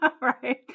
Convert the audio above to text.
Right